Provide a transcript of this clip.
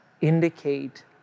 indicate